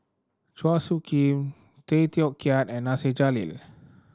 Chua Soo Khim Tay Teow Kiat and Nasir Jalil